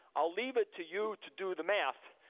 i'll leave it to you to do the math,